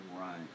right